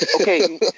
Okay